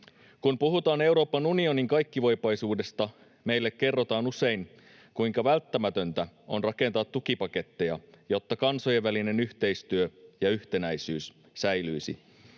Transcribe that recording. Kun puhutaan Euroopan unionin kaikkivoipaisuudesta, meille kerrotaan usein, kuinka välttämätöntä on rakentaa tukipaketteja, jotta kansojen välinen yhteistyö ja yhtenäisyys säilyisivät.